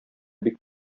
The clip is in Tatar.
бик